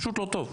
הוא פשוט לא טוב.